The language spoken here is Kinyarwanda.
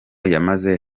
yamaze